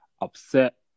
upset